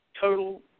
total